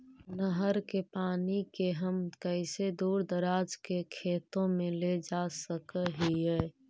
नहर के पानी के हम कैसे दुर दराज के खेतों में ले जा सक हिय?